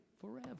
forever